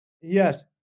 Yes